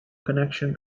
connections